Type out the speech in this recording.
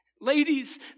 ladies